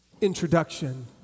introduction